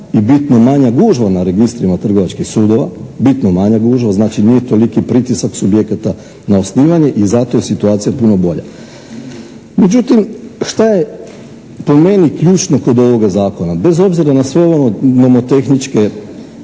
i bitno manja gužva na registrima trgovačkih sudova, bitno manja gužva. Znači, nije toliki pritisak subjekata na osnivanje i zato je situacija puno bolja. Međutim, šta je po meni ključno kod ovoga Zakona? Bez obzira na sve ono, nomotehničke